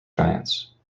giants